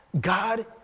God